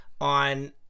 on